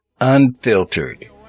unfiltered